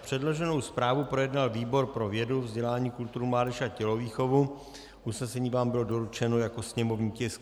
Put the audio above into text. Předloženou zprávu projednal výbor pro vědu, vzdělání, kulturu, mládež a tělovýchovu, usnesení vám bylo doručeno jako sněmovní tisk 196/1.